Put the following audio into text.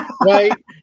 Right